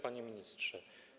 Panie Ministrze!